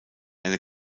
eine